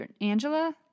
Angela